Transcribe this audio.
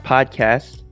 Podcast